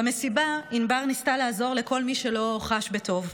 במסיבה ענבר ניסתה לעזור לכל מי שלא חש בטוב.